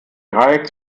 dreieck